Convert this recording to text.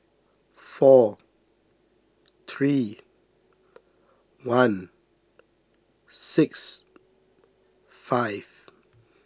four three one six five